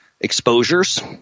exposures